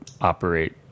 operate